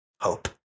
hope